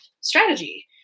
strategy